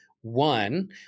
one